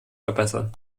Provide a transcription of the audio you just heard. verbessern